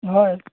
হয়